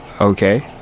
Okay